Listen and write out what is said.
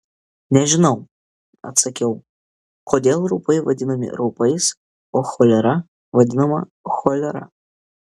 nežinau atsakiau kodėl raupai vadinami raupais o cholera vadinama cholera